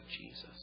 Jesus